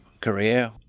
career